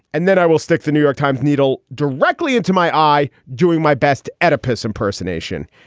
and then i will stick the new york times needle directly into my eye doing my best at a piece impersonation.